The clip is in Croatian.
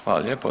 Hvala lijepo.